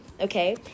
okay